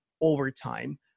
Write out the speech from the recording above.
overtime